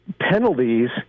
penalties